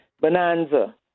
bonanza